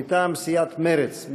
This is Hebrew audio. מטעם סיעת מרצ.